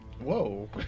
Whoa